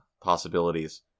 possibilities